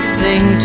sing